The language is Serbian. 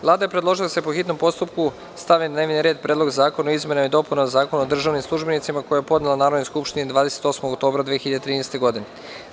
Vlada je predložila da se po hitnom postupku stavi na dnevni red Predlog zakona o izmenama i dopunama Zakona o državnim službenicima, koji je podnela Narodnoj skupštini 28. oktobra 2013. godine.